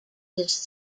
his